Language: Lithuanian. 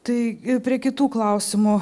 tai ir prie kitų klausimų